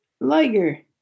Liger